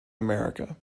america